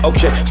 Okay